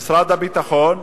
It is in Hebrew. ומשרד הביטחון,